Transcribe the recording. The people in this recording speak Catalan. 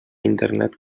internet